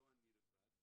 לא אני לבד,